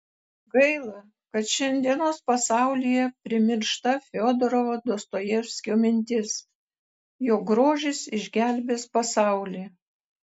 gaila kad šiandienos pasaulyje primiršta fiodoro dostojevskio mintis jog grožis išgelbės pasaulį